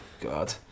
God